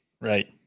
right